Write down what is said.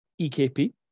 EKP